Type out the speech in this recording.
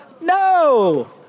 No